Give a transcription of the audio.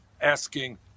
asking